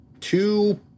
two